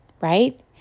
right